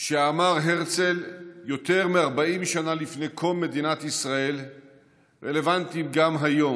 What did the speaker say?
שאמר הרצל יותר מ-40 שנה לפני קום מדינת ישראל רלוונטיים גם היום,